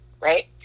right